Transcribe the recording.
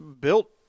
built